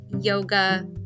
yoga